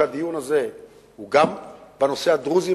הדיון הזה הוא גם בנושא הדרוזי,